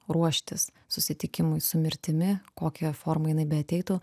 ruoštis susitikimui su mirtimi kokia forma jinai beateitų